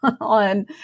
on